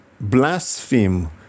blaspheme